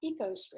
EcoStrip